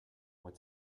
what